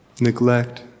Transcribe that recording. neglect